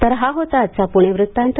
तर हा होता आजचा पुणे वृत्तांत